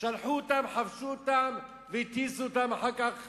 שלחו אותם, חבשו אותם והטיסו אותם אחר כך